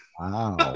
Wow